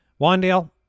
Wandale